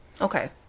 okay